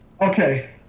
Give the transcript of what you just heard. Okay